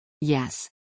Yes